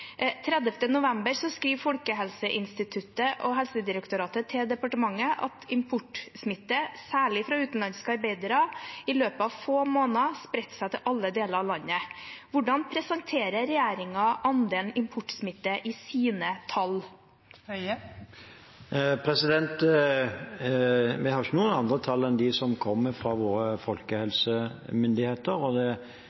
Folkehelseinstituttet og Helsedirektoratet til departementet at «importsmitte, særlig fra utenlandske arbeidstakere, i løpet av få måneder har spredt seg til alle deler av landet.» Hvordan presenterer regjeringen andelen importsmitte i sine tall? Vi har ikke andre tall enn dem som kommer fra våre